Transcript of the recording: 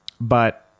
But-